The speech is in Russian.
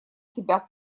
тебя